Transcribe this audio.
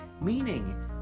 meaning